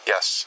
Yes